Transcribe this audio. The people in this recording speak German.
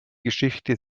geschichte